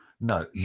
No